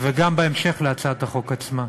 וגם בהמשך להצעת החוק עצמה.